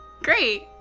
great